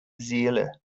seele